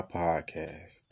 podcast